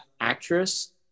Actress